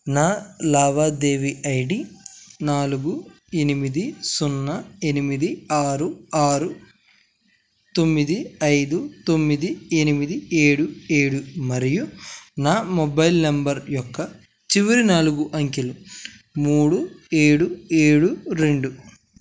నా లావాదేవీ ఐడి నాలుగు ఎనిమిది సున్నా ఎనిమిది ఆరు ఆరు తొమ్మిది ఐదు తొమ్మిది ఎనిమిది ఏడు ఏడు మరియు నా మొబైల్ నెంబర్ యొక్క చివరి నాలుగు అంకెలు మూడు ఏడు ఏడు రెండు